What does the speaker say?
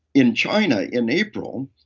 in china, in april,